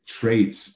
traits